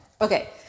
Okay